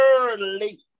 early